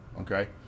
okay